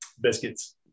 Biscuits